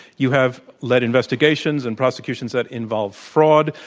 you have led investigations and prosecutions that involve fraud,